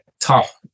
tough